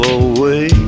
away